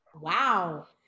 wow